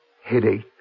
Headache